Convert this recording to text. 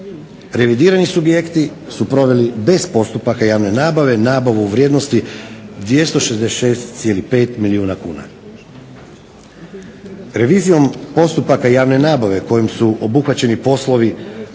Revidirani subjekti su proveli bez postupaka javne nabave nabavu u vrijednosti 266,5 milijuna kuna. Revizijom postupaka javne nabave kojim su obuhvaćeni poslovi